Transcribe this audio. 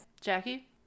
Jackie